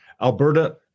Alberta